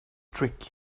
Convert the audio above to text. trick